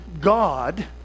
God